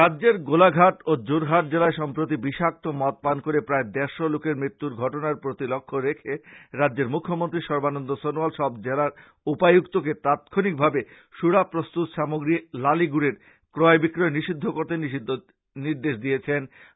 রাজ্যের গোলাঘাট ও যোরহাট জেলায় সম্প্রতি বিষাক্ত মদপান করে প্রায় দেড়শ লোকের মৃত্যুর ঘটনার প্রতি লক্ষ্য রেখে রাজ্যের মৃখ্যমন্ত্রী সর্বানন্দ সনোয়াল সব জেলা উপায়ুক্তকে তাৎক্ষনিকভাবে সরা প্রস্তুত সামগ্রী লালগুড়ের ক্রয় বিক্রয় নিষিদ্ধ করতে নির্দেশ দিয়েছেন